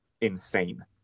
insane